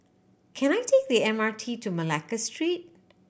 can I take the M R T to Malacca Street